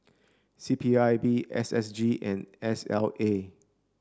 C P I B S S G and S L A